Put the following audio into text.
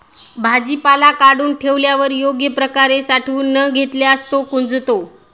भाजीपाला काढून ठेवल्यावर योग्य प्रकारे साठवून न घेतल्यास तो कुजतो